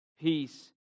peace